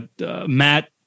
Matt